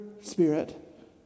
spirit